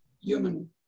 human